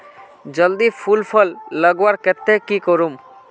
जल्दी फूल फल लगवार केते की करूम?